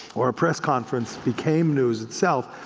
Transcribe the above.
or a press conference became news itself.